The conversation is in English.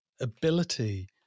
ability